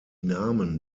namen